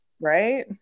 Right